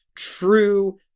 true